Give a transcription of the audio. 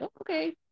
okay